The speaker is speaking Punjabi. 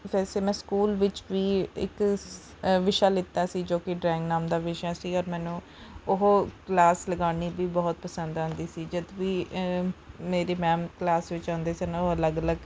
ਵੈਸੇ ਮੈਂ ਸਕੂਲ ਵਿੱਚ ਵੀ ਇੱਕ ਸ ਵਿਸ਼ਾ ਲਿਤਾ ਸੀ ਜੋ ਕਿ ਡਰਾਇੰਗ ਨਾਮ ਦਾ ਵਿਸ਼ਾ ਸੀ ਔਰ ਮੈਨੂੰ ਉਹ ਕਲਾਸ ਲਗਾਉਣੀ ਵੀ ਬਹੁਤ ਪਸੰਦ ਆਉਂਦੀ ਸੀ ਜਦ ਵੀ ਮੇਰੀ ਮੈਮ ਕਲਾਸ ਵਿੱਚ ਆਉਂਦੇ ਸੀ ਨਾ ਉਹ ਅਲੱਗ ਅਲੱਗ